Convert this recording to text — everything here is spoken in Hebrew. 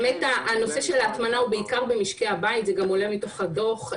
הנושא של ההטמנה הוא בעיקר במשקי הבית וזה גם עולה מתוך הדוח.